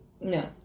No